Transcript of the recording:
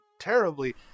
Terribly